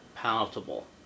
Palatable